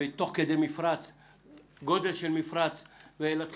שיהיו מפרצים בגודל מסוים,